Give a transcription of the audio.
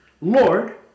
Lord